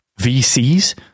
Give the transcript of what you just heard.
VCs